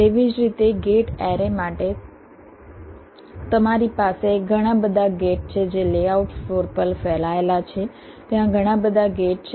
તેવી જ રીતે ગેટ એરે માટે તમારી પાસે ઘણા બધા ગેટ છે જે લેઆઉટ ફ્લોર પર ફેલાયેલા છે ત્યાં ઘણા બધા ગેટ છે